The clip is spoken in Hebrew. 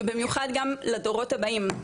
ובמיוחד גם לדורות הבאים,